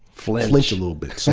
flinch, flinch a little bit. so